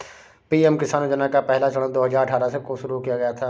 PM Kisan योजना का पहला चरण दो हज़ार अठ्ठारह को शुरू किया गया था